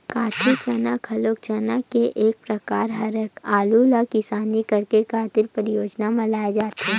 कटही चना घलो चना के एक परकार हरय, अहूँ ला किसानी करे खातिर परियोग म लाये जाथे